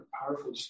powerful